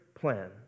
plan